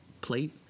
plate